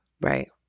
Right